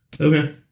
Okay